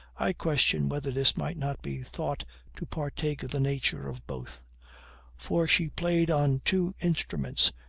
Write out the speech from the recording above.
i question whether this might not be thought to partake of the nature of both for she played on two instruments,